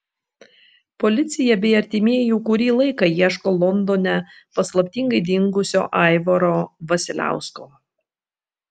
policija bei artimieji jau kurį laiką ieško londone paslaptingai dingusio aivaro vasiliausko